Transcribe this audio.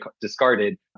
discarded